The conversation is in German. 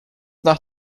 nach